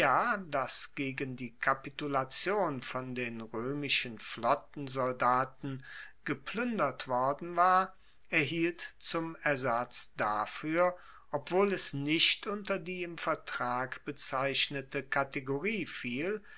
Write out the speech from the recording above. das gegen die kapitulation von den roemischen flottensoldaten gepluendert worden war erhielt zum ersatz dafuer obwohl es nicht unter die im vertrag bezeichnete kategorie fiel